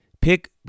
pick